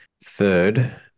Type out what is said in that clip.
third